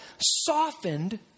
softened